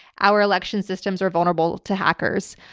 our election systems are vulnerable to hackers.